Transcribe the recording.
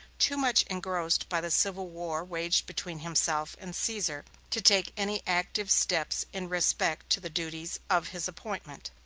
too much engrossed by the civil war waged between himself and caesar, to take any active steps in respect to the duties of his appointment.